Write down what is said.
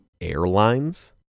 airlines